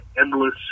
endless